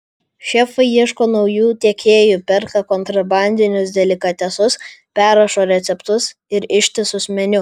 šefai ieško naujų tiekėjų perka kontrabandinius delikatesus perrašo receptus ir ištisus meniu